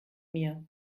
mir